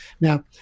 Now